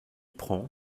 prend